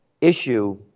issue